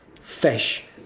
fish